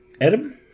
Adam